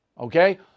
Okay